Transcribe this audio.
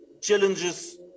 challenges